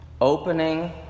Opening